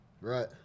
Right